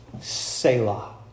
Selah